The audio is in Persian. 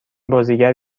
بازیگر